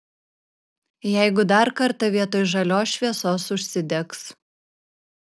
jeigu dar kartą vietoj žalios šviesos užsidegs